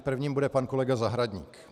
Prvním bude pan kolega Zahradník.